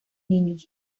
niños